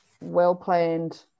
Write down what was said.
well-planned